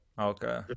Okay